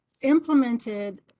Implemented